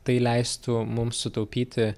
tai leistų mums sutaupyti